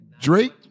Drake